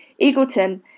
Eagleton